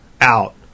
out